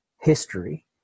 history